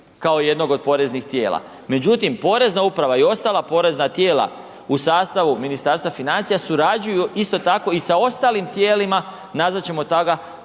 kao jednog od poreznih tijela. Međutim, porezna uprava i ostala porezna tijela u sastavu Ministarstva financija surađuju isto tako i sa ostalim tijelima, nazvat ćemo toga